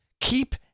Keep